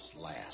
last